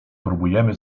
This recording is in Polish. próbujemy